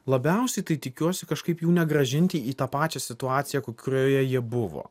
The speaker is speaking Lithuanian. labiausiai tai tikiuosi kažkaip jų negrąžinti į tą pačią situaciją kurioje jie buvo